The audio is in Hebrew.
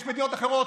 יש מדינות אחרות.